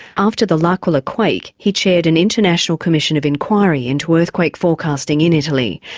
after the l'aquila quake, he chaired an international commission of inquiry into earthquake forecasting in italy.